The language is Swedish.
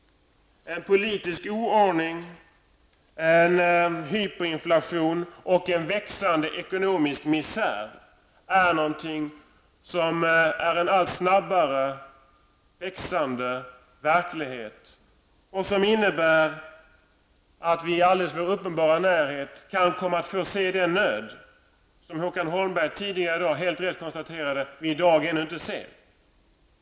En politisk oaning, en hyperinflation och en växande ekonomisk misär är något som är en allt snabbare, växande verklighet. Det innebär att vi i vår alldeles uppenbara närhet kan komma att få se den nöd som Håkan Holmberg tidigare i dag helt rätt konstaterade att vi ännu inte ser.